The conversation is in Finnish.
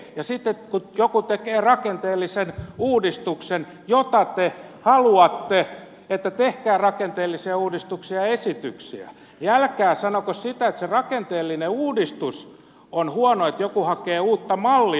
ja sitten kun joku tekee rakenteellisen uudistuksen jota te haluatte haluatte että tehkää rakenteellisia uudistuksia ja esityksiä niin älkää sanoko sitä että se rakenteellinen uudistus on huono se että joku hakee uutta mallia